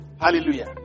Hallelujah